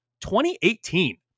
2018